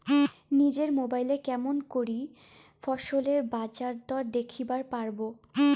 নিজের মোবাইলে কেমন করে ফসলের বাজারদর দেখিবার পারবো?